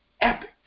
epic